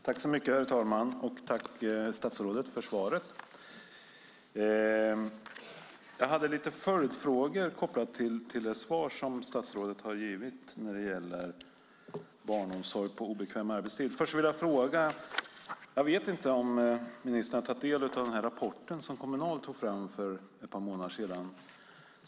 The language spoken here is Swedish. Herr talman! Tack, statsrådet, för svaret! Jag har lite följdfrågor kopplade till det svar som statsrådet har givit när det gäller barnomsorg på obekväm arbetstid. Men först har jag en annan fråga. Jag vet inte om ministern har tagit del av den rapport som Kommunal tog fram för ett par månader sedan.